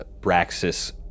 Braxis